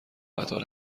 قطار